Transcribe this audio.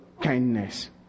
kindness